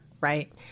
right